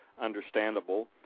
understandable